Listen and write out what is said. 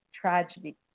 tragedy